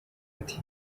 ati